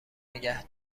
نگه